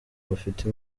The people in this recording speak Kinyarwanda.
bafite